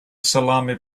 salami